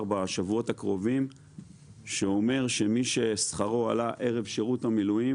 בשבועות הקרובים שאומר שמי ששכרו עלה ערב שירות המילואים